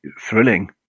thrilling